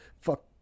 Fuck